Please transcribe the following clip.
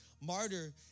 Martyr